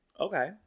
Okay